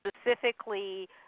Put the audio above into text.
specifically